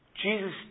Jesus